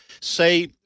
say